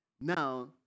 Now